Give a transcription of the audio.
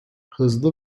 hızlı